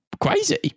crazy